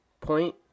point